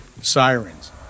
Sirens